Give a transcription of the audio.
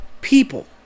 people